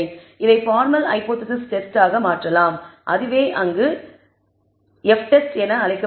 இதை formal hypothesis test ஆக மாற்றலாம் அதுவே அங்கு F டெஸ்ட் என்று அழைக்கப்படுகிறது